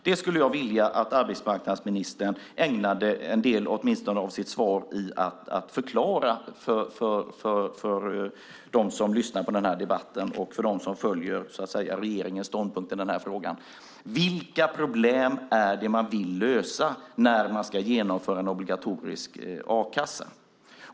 Det skulle jag vilja att arbetsmarknaden ägnade åtminstone en del av sitt svar åt att förklara för dem som lyssnar på debatten och för dem som följer regeringens ståndpunkt i frågan. Vilka problem är det man vill lösa när man ska genomföra en obligatorisk a-kassa?